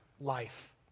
life